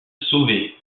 sauvé